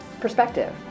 perspective